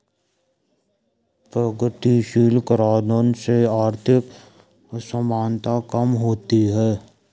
प्रगतिशील कराधान से आर्थिक असमानता कम होती है